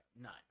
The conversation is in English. None